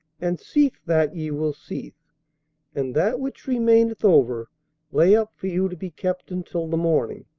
and seethe that ye will seethe and that which remaineth over lay up for you to be kept until the morning.